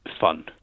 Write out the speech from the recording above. fun